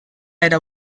era